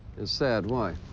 it's sad? why?